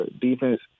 defense